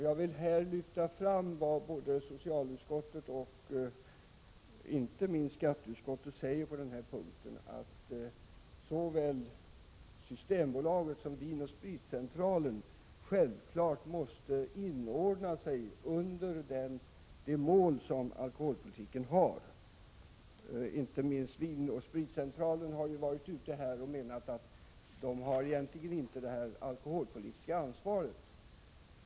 Jag vill här lyfta fram vad både socialutskottet och, inte minst, skatteutskottet säger på denna punkt, nämligen att såväl Systembolaget som Vin & Spritcentralen självfallet måste anpassa sig till alkoholpolitikens mål. Inte minst från Vin & Spritcentralens sida har man menat att man egentligen inte har ett alkoholpolitiskt ansvar.